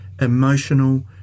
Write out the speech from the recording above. emotional